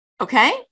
Okay